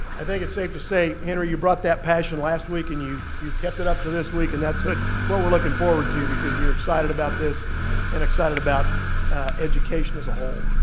i think it's safe to say, henry, you brought that passion last week and you you kept it up to this week and that's what what we're looking forward to because you're excited about this and excited about education as a whole.